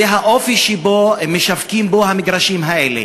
זה האופי שבו משווקים את המגרשים האלה.